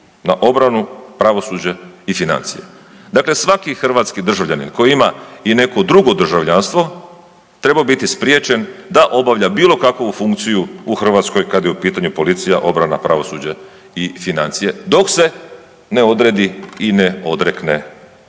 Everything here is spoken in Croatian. na obranu, pravosuđe i financije. Dakle, svaki hrvatski državljanin koji ima i neko drugo državljanstvo treba biti spriječen da obavlja bilo kakvu funkciju u Hrvatskoj kad je u pitanju policija, obrana, pravosuđe i financije dok se ne odredi i ne odrekne